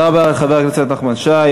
תודה רבה לחבר הכנסת נחמן שי.